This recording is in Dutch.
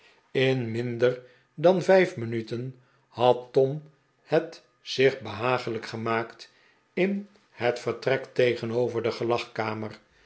in minder dan vijf minuten had tom het de pickwick club zich behaaglijk gemaakt in het vertrek tegenover de gelagkamer